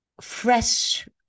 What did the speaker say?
fresh